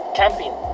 camping